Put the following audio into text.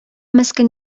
мескен